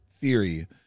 theory